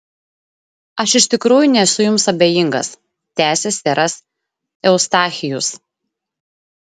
aš iš tikrųjų nesu jums abejingas tęsė seras eustachijus